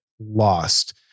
lost